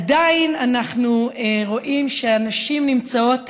עדיין אנחנו רואים שנשים נמצאות